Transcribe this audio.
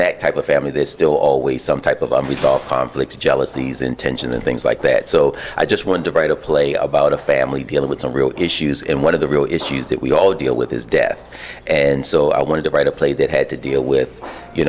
that type of family there's still always some type of resolve conflicts jealousies intention and things like that so i just wanted to write a play about a family dealing with some real issues in one of the real issues that we all deal with his death and so i wanted to write a play that had to deal with you